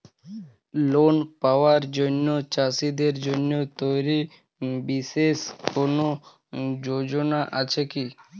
Loan পাবার জন্য চাষীদের জন্য তৈরি বিশেষ কোনো যোজনা আছে কি?